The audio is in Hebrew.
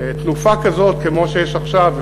תנופה כזאת כמו שיש עכשיו,